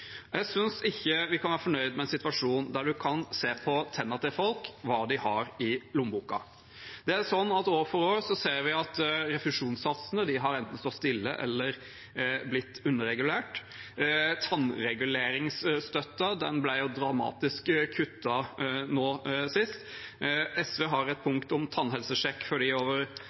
Jeg synes ikke vi kan være fornøyd med en situasjon der en kan se på tennene til folk hva de har i lommeboka. År for år ser vi at refusjonssatsene enten har stått stille eller har blitt underregulert. Tannreguleringsstøtten ble dramatisk kuttet nå sist. SV har et punkt om tannhelsesjekk for dem over